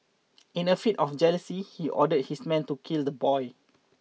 in a fit of jealousy he ordered his men to kill the boy